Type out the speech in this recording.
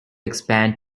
expand